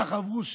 ככה עברו שנים,